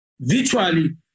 Virtually